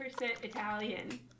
Italian